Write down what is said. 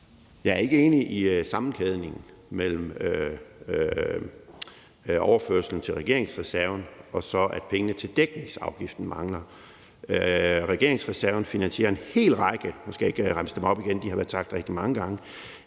Jeg ikke enig i sammenkædningen mellem overførslen til regeringsreserven, og at pengene til dækningsafgiften mangler. Regeringsreserven finansierer en hel række formål – og nu skal jeg ikke remse dem op igen, for de har været nævnt rigtig mange gange